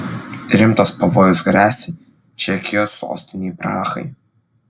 rimtas pavojus gresia čekijos sostinei prahai